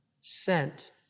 sent